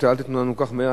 אל תיתנו לנו כל כך מהר.